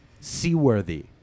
seaworthy